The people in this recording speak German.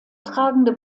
tragende